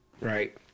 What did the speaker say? right